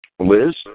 Liz